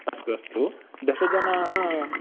अस्तु अस्तु दशजनाः